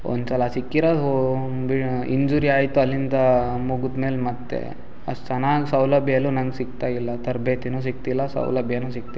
ಒಂದು ಸಲ ಸಿಕ್ಕಿರೋದ್ ಹೋ ಬಿ ಇಂಜೂರಿ ಆಯಿತು ಅಲ್ಲಿಂದ ಮುಗ್ದ ಮೇಲೆ ಮತ್ತೆ ಅಷ್ಟು ಚೆನ್ನಾಗಿ ಸೌಲಭ್ಯ ಎಲ್ಲೂ ನಂಗೆ ಸಿಗ್ತಾ ಇಲ್ಲ ತರ್ಬೇತಿಯೂ ಸಿಗ್ತಿಲ್ಲ ಸೌಲಭ್ಯವೂ ಸಿಗ್ತಿಲ್ಲ